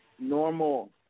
normal